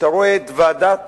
אתה רואה את ועדת